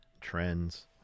trends